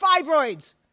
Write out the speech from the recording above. fibroids